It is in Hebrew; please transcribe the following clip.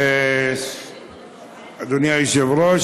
אדוני היושב-ראש,